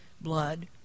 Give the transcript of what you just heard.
blood